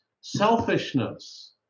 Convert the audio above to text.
selfishness